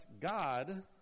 God